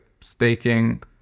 staking